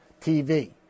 TV